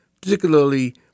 particularly